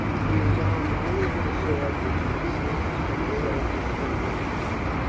he was armed only with a sword which he had snatched from a soldier standing next to him.